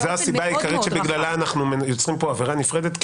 זו הסיבה העיקרית שבגללה אנחנו יוצרים פה עבירה נפרדת.